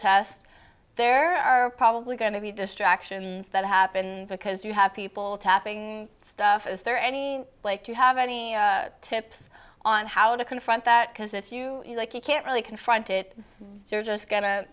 test there are probably going to be distractions that happen because you have people tapping stuff is there any like you have any tips on how to confront that because if you like you can't really confront it they're just go